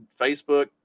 Facebook